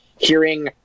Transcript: hearing